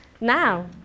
Now